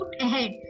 ahead